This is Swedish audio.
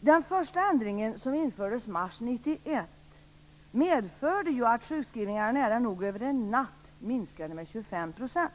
Den första ändringen, som infördes mars 1991, medförde att sjukskrivningarna nära nog över en natt minskade med 25 %.